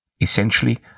Essentially